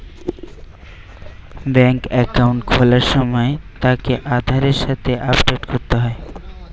বেংকে একাউন্ট খোলার সময় তাকে আধারের সাথে আপডেট করতে হয়